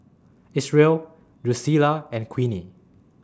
Isreal Drucilla and Queenie